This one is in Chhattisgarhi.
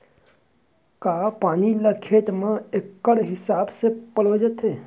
का पानी ला खेत म इक्कड़ हिसाब से पलोय जाथे?